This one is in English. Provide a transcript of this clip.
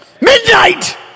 midnight